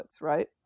right